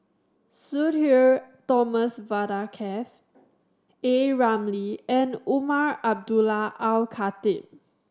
Sudhir Thomas Vadaketh A Ramli and Umar Abdullah Al Khatib